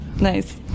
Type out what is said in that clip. nice